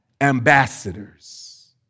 ambassadors